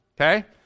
okay